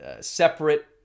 separate